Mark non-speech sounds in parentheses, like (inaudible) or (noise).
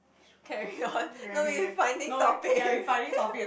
carry on no we finding topic (laughs)